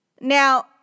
Now